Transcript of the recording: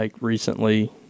recently